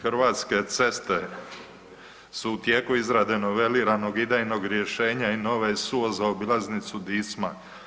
Hrvatske ceste su u tijeku izrade noveliranog idejnog rješenja i nove SUO za obilaznicu Dicma.